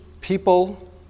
people